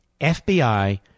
FBI